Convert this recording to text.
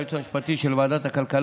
היועץ המשפטי של ועדת הכלכלה,